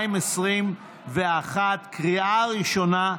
2021, לקריאה ראשונה.